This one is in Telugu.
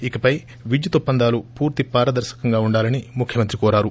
ఇకపై విద్యుత్ ఒప్పందాలు పూర్తి పారదర్పకంగా ఉండాలని ముఖ్యమంత్రి కోరారు